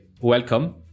welcome